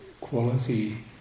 quality